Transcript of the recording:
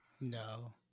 No